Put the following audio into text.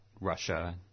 Russia